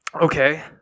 okay